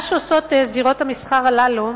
מה שעושות זירות המסחר הללו,